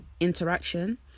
interaction